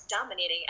dominating